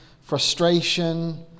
frustration